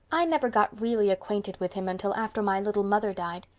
i never got really acquainted with him until after my little mother died.